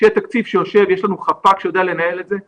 שיהיה תקציב שיושב יש לנו חפ"ק שיודע לנהל את זה,